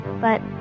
but